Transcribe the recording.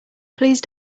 please